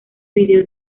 vídeo